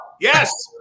yes